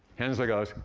henslow goes,